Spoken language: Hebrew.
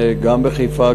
גם בחיפה,